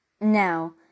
Now